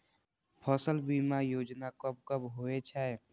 फसल बीमा योजना कब कब होय छै?